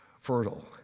fertile